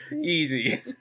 Easy